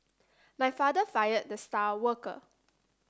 my father fired the star worker